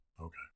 Okay